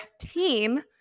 team